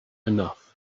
enough